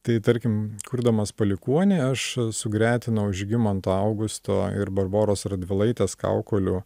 tai tarkim kurdamas palikuonį aš sugretinau žygimanto augusto ir barboros radvilaitės kaukolių